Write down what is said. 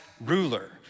ruler